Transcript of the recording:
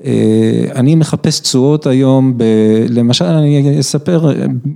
אני מחפש צורות היום ב... למשל, אני אספר...